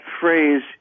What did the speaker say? phrase